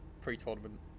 pre-tournament